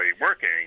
working